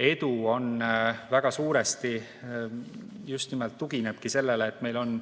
edu väga suuresti just nimelt tuginebki sellele, et meil on